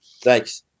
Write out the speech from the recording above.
Thanks